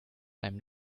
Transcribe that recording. einem